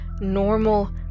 normal